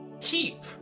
keep